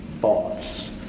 thoughts